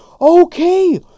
Okay